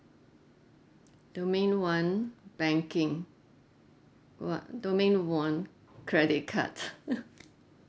domain one banking what domain one credit card